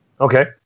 Okay